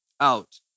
out